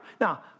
Now